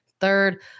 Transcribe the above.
third